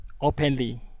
openly